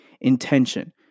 intention